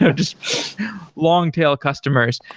so just long-tail customers.